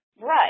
Right